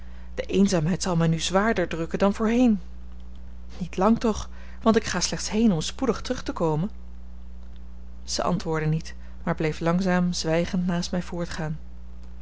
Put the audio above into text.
de eenzaamheid zal mij nu zwaarder drukken dan voorheen niet lang toch want ik ga slechts heen om spoedig terug te komen zij antwoordde niet maar bleef langzaam zwijgend naast mij voortgaan